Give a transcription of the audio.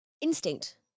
Instinct